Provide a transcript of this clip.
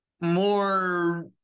more